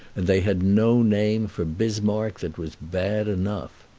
and they had no name for bismarck that was bad enough.